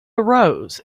arose